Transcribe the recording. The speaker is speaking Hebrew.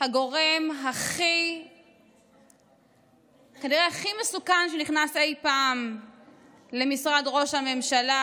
הגורם כנראה הכי מסוכן שנכנס אי פעם למשרד ראש הממשלה,